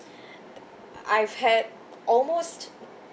I've had almost